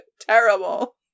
terrible